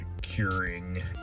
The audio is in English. curing